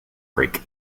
creek